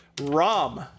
Rom